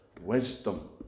wisdom